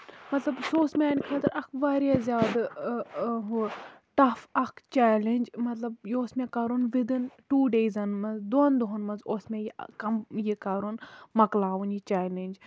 سُہ اوس میانہِ خٲطرٕ اکھ واریاہ زیادٕ ہُہ ہُہ ٹَف اکھ اکھ چیلینج مطلب یہِ اوس مےٚ کَرُن وِدٕن ٹوٗ ڈیزَن منٛز مطلب دۄن دۄہَن منٛز اوس مےٚ یہِ کَمپلیٖٹ یہِ کَرُن مۄکلاوُن یہِ چیلیج